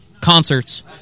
concerts